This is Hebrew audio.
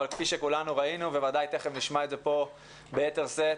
אבל כפי שכולנו ראינו - בוודאי תיכף נשמע את זה ביתר שאת,